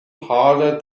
harder